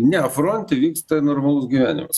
ne fronte vyksta normalus gyvenimas